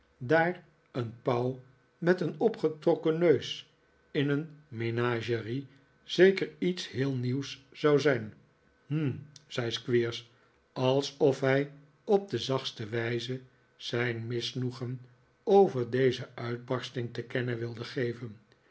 daar een pauw met een opgetrokken neus in een menagerie zeker iets heel nieuws zou zijn hm zei squeers alsof hij op de zachtste wijze zijn misnoegen over deze uitbarsting te kennen wilde geven